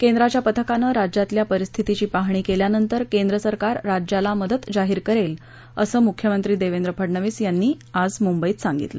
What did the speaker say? केंद्राच्या पथकानं राज्यातल्या परिस्थितीची पाहणी केल्यानंतर केंद्रसरकार राज्याला मदत जाहीर करेल असं मुख्यमंत्री देवेंद्र फडणवीस यांनी आज मंबईत पत्रकारांना सांगितलं